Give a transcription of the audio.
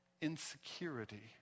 insecurity